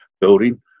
building